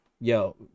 yo